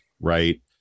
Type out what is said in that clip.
Right